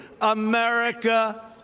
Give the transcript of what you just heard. America